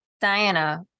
Diana